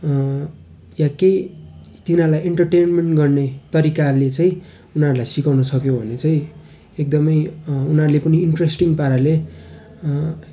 या केही तिनीहरूलाई इन्टरटेनमेन्ट गर्ने तरिकाले चाहिँ उनीहरूलाई सिकाउन सकियो भने चाहिँ एकदमै उनीहरूले पनि इन्ट्रेस्टिङ पाराले